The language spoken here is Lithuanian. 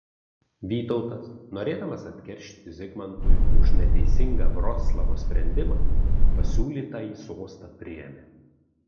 vytautas norėdamas atkeršyti zigmantui už neteisingą vroclavo sprendimą pasiūlytąjį sostą priėmė